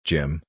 Jim